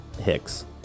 Hicks